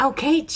Okay